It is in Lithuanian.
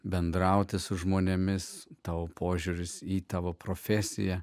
bendrauti su žmonėmis tavo požiūris į tavo profesiją